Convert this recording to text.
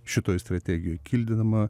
šitoj strategijoj kildinama